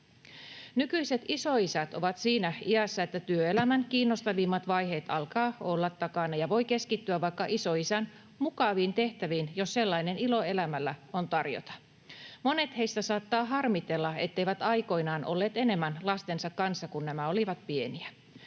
Nykyiset isoisät ovat siinä iässä, että työelämän kiinnostavimmat vaiheet alkavat olla takana ja voi keskittyä vaikka isoisän mukaviin tehtäviin, jos sellainen ilo elämällä on tarjota. Monet heistä saattavat harmitella, etteivät aikoinaan olleet enemmän lastensa kanssa, kun nämä olivat pieniä.